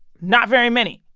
not very many.